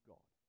God